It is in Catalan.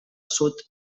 sud